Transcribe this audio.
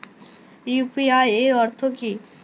UPI এর অর্থ কি?